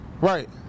Right